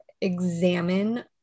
examine